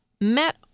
met